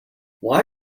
why